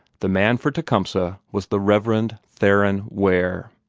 the man for tecumseh was the reverend theron ware.